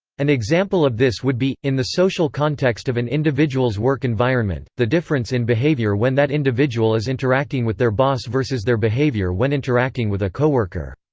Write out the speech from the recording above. an example of this would be, in the social context of an individual's work environment, the difference in behavior when that individual is interacting with their boss versus their behavior when interacting with a co-worker.